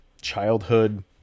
childhood